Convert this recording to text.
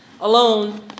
alone